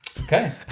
Okay